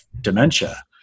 dementia